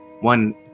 one